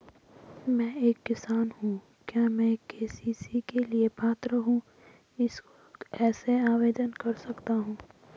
मैं एक किसान हूँ क्या मैं के.सी.सी के लिए पात्र हूँ इसको कैसे आवेदन कर सकता हूँ?